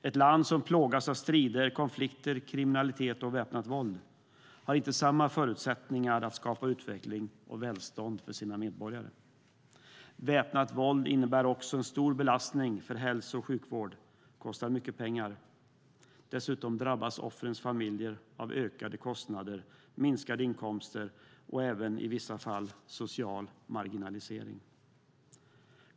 Ett land som plågas av strider, konflikter, kriminalitet och väpnat våld har inte samma förutsättningar att skapa utveckling och välstånd för sina medborgare. Väpnat våld innebär också en stor belastning för hälso och sjukvård och kostar mycket pengar. Dessutom drabbas offrens familjer av ökade kostnader, minskade inkomster och i vissa fall även av social marginalisering.